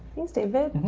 thanks david.